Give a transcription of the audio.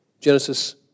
Genesis